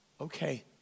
okay